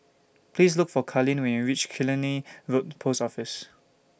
Please Look For Carleen when YOU REACH Killiney Road Post Office